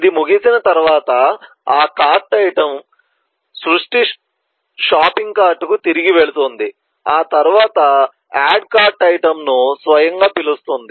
ఇది ముగిసిన తర్వాత ఆ కార్ట్ ఐటెమ్ సృష్టి షాపింగ్ కార్ట్కు తిరిగి వెళుతుంది ఆ తర్వాత యాడ్ కార్ట్ ఐటెమ్ను స్వయంగా పిలుస్తుంది